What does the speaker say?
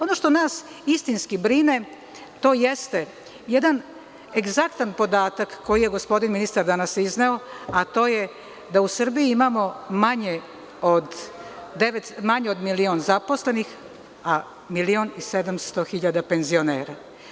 Ono što nas istinski brine, to je jedan egzaktan podatak koji je gospodin ministar danas izneo, a to je da u Srbiji imamo manje od milion zaposlenih, a milion i 700 hiljada penzionera.